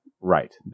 right